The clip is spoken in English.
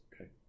Okay